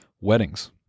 weddings